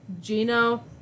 Gino